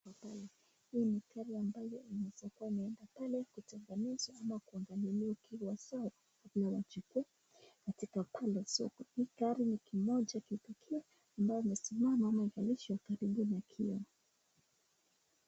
Hapa ni gari ambayo inaweza kuwa inaenda pale, ili kutengenezwa ama kunagaliliwa ikiwa sawa, katika pale kwenye soko, hii gari ukikujia ambaye amesimama amshikanishwa karibu na kioo.